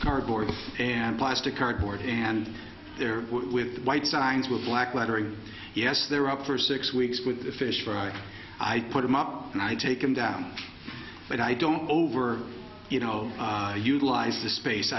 cardboard and plastic cardboard and they're with white signs with black lettering yes they're up for six weeks with a fish right i put them up and i take them down but i don't over you know utilize the space